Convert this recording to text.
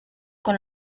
con